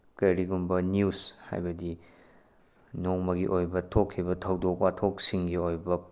ꯀꯔꯤꯒꯨꯝꯕ ꯅꯤꯎꯁ ꯍꯥꯏꯕꯗꯤ ꯅꯣꯡꯃꯒꯤ ꯑꯣꯏꯕ ꯊꯣꯛꯈꯤꯕ ꯊꯧꯗꯣꯛ ꯋꯥꯊꯣꯛꯁꯤꯡꯒꯤ ꯑꯣꯏꯕ